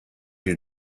your